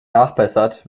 nachbessert